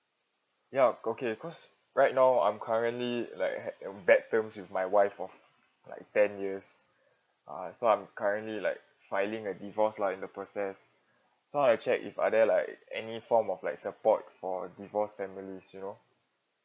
ya okay cause right now I'm currently like ha~ on bad terms with my wife of like ten years uh so I'm currently like filing a divorce lah in the process so I wanna check if are there like any form of like support for divorce families you know